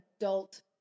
adult